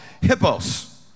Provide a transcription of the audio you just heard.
Hippos